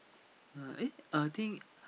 uh eh I think